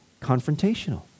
confrontational